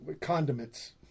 Condiments